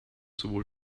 sowohl